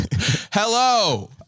Hello